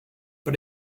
but